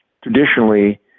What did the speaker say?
traditionally